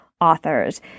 authors